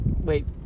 Wait